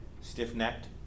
stiff-necked